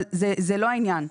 אבל זה לא העניין.